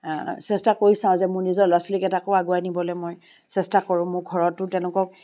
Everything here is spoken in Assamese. চেষ্টা কৰি চাওঁ যে মোৰ নিজৰ ল'ৰা ছোৱালীকেইটাকো আগুৱাই নিবলৈ মই চেষ্টা কৰোঁ মই ঘৰতো তেওঁলোকক